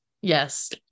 Yes